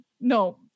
no